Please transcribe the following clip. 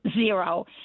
Zero